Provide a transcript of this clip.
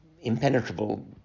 impenetrable